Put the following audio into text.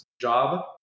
job